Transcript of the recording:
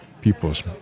people's